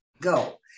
go